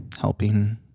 Helping